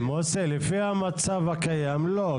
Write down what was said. מוסי, לפי המצב הקיים לא.